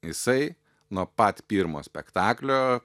jisai nuo pat pirmo spektaklio